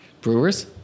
Brewers